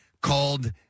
called